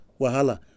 wahala